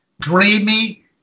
dreamy